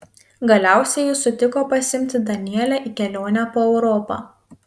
galiausiai jis sutiko pasiimti danielę į kelionę po europą